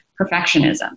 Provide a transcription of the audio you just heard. perfectionism